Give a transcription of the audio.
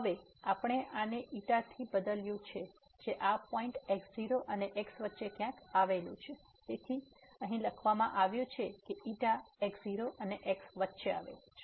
હવે આપણે આને થી બદલ્યું છે જે આ પોઈન્ટ x0 અને x વચ્ચે ક્યાંક આવેલું છે તેથી અહીં લખવામાં આવ્યું છે કે x0 અને x વચ્ચે આવેલું છે